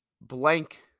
blank